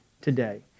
today